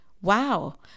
Wow